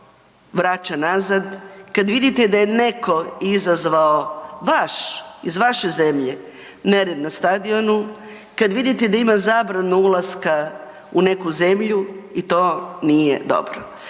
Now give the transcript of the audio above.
vraća nazad, kad vidite da je neko izazvao vaš, iz vaše zemlje nered na stadionu, kad vidite da ima zabranu ulaska u neku zemlju i to nije dobro.